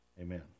amen